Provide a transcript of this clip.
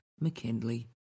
McKinley